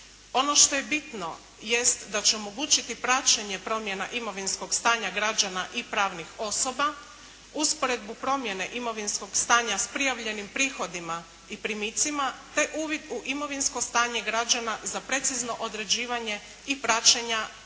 Ono što je bitno jest da će omogućiti praćenje promjena imovinskog stanja građana i pravnih osoba, usporedbu promjene imovinskog stanja s prijavljenim prihodima i primicima te uvid u imovinsko stanje građana za precizno određivanje i praćenja prava na